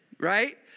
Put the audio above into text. Right